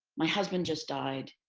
my husband just died